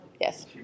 yes